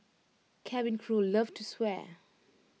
cabin crew love to swear